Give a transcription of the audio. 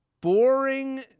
Boring